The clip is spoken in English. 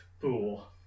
fool